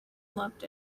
loved